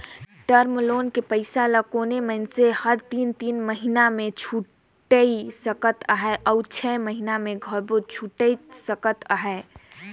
term loan के पइसा ल कोनो मइनसे हर तीन तीन महिना में छुइट सकत अहे अउ छै महिना में घलो छुइट सकत अहे